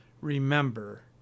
remember